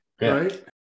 Right